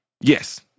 Yes